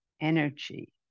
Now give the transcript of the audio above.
energy